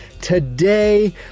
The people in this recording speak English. Today